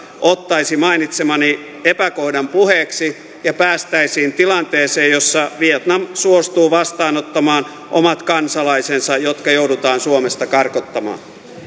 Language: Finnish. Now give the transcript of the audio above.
ottaisi mainitsemani epäkohdan puheeksi ja päästäisiin tilanteeseen jossa vietnam suostuu vastaanottamaan omat kansalaisensa jotka joudutaan suomesta karkottamaan